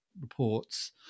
Reports